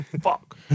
Fuck